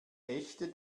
echte